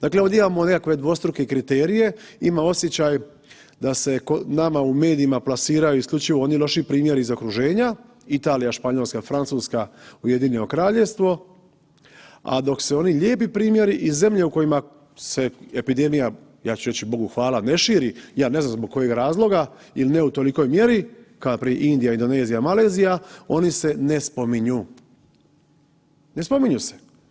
Dakle ovdje imamo nekakve dvostruke kriterije, imam osjećaj da se nama u medijima plasiraju isključivo oni lošiji primjeri iz okruženja Italija, Španjolska, Francuska, UK, a dok se oni lijepi primjeri i zemlje u kojima se epidemija, ja ću reći Bogu hvala ne širi, ja ne znam zbog kojeg razloga ili ne u tolikoj mjeri kao npr. Indija, Indonezija, Malezija oni se ne spominju, ne spominju se.